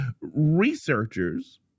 Researchers